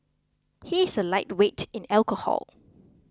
he is a lightweight in alcohol